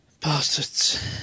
Bastards